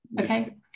Okay